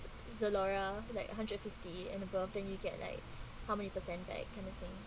zalora like hundred fifty and above then you get like how many percent like kind of thing